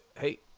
hey